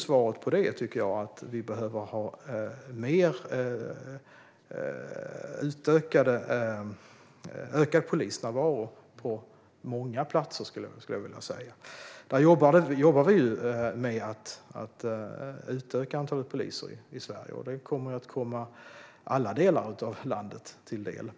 Svaret på det är att vi behöver ökad polisnärvaro på många platser. Där jobbar vi med att utöka antalet poliser i Sverige. Det kommer att komma alla delar av landet till del.